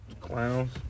Clowns